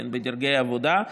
בדרגי עבודה.